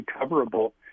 recoverable